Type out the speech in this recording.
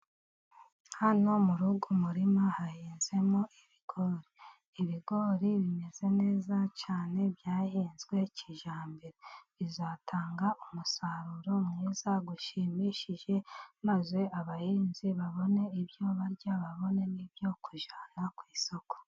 Hano mu uyu murima hahinzemo ibigori, ibigori bimeze neza cyane byahinzwe kijyambere, bizatanga umusaruro mwiza ushimishije maze abahinzi babone ibyo barya babone n'ibyo kujyana ku isoko.